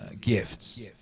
gifts